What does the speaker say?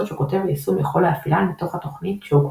שכותב היישום יכול להפעילן מתוך התוכנית שהוא כותב.